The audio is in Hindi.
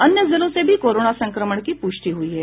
अन्य जिलों से भी कोरोना संक्रमण की पुष्टि हुई है